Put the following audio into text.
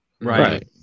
Right